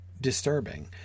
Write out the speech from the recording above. disturbing